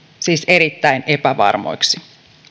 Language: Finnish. siis erittäin epävarmoiksi